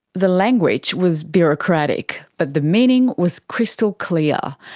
the language was bureaucratic, but the meaning was crystal clear.